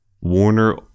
Warner